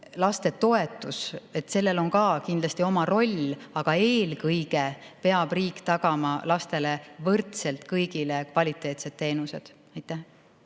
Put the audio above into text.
lastetoetusel on ka kindlasti oma roll, aga eelkõige peab riik tagama võrdselt kõigile lastele kvaliteetsed teenused. Aitäh!